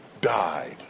died